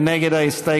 מי נגד ההסתייגות?